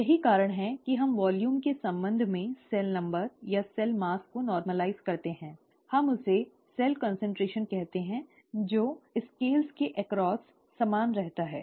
यही कारण है कि हम वॉल्यूम के संबंध में सेल नंबर या सेल द्रव्यमान को सामान्य करते हैं हम उसे सेल कान्सन्ट्रेशन कहते हैं जो स्कैल्ज़ के आर पार समान रहता है